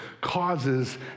Causes